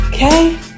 okay